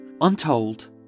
untold